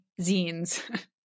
zines